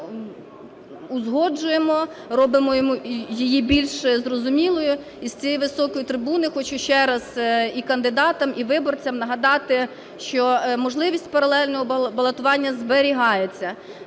узгоджуємо, робимо її більш зрозумілою. Із цієї високої трибуни хочу ще раз і кандидатам, і виборцям, нагадати, що можливість паралельного балотування зберігається.